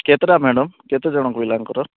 କେତେଟା ମ୍ୟାଡ଼ମ୍ କେତେ ଜଣ ପିଲାଙ୍କର